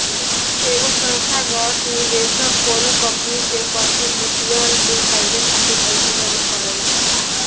एगो संस्थागत निवेशक कौनो कंपनी के प्रतिभूतियन के खरीदे खातिर पईसा जमा करेला